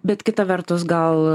bet kita vertus gal